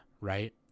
right